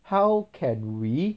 how can we